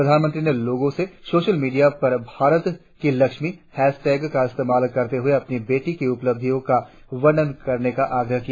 प्रधानमंत्री ने लोगों से सोशल मीडिया पर भारत की लक्ष्मी हैशटैग का इस्तेमाल करते हुए अपनी बेटियों की उपलब्धियों का वर्णन करने का आग्रह किया